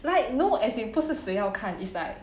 like no as in 不是谁要看 is like